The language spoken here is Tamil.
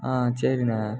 ஆ சரிண்ண